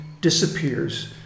disappears